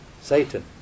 Satan